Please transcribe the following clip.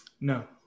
No